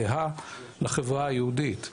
זהה לחברה היהודית,